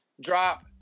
drop